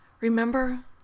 Remember